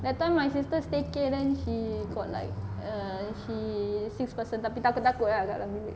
that time my sisters staycay then she got like err she six person tapi takut-takut ah kat dalam bilik